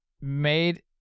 made